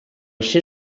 ser